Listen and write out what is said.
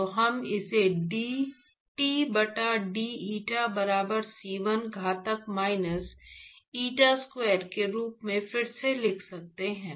तो हम इसे d T बटा d eta बराबर C1 घातांक माइनस eta स्क्वायर के रूप में फिर से लिख सकते हैं